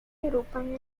agrupan